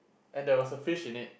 and there were a fish in it